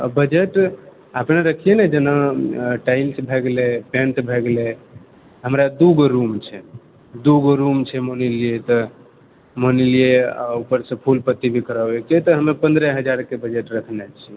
आ बजट अपने देखीए ने जेना टाइल्स भए गेलय पेंट भए गेलए हमरा दू गो रूम छै दू गो रूम छै मानि लेलीए तऽ मानि लेलीए आ ऊपर से फूल पत्ती भी कराबैके छै पंद्रह हजारके बजट रखने छिऐ